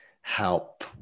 help